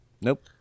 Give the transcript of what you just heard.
Nope